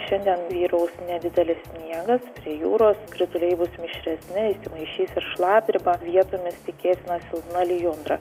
šiandien vyraus nedidelis sniegas prie jūros krituliai bus mišresni įsimaišys ir šlapdriba vietomis tikėtina silpna lijundra